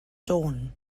dawn